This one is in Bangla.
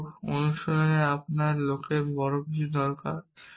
কিন্তু অনুশীলনে আপনার লোকের বড় কিছু দরকার